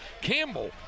Campbell